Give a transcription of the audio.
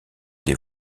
des